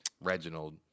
Reginald